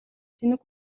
тэнэг